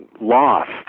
lost